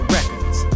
Records